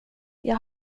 jag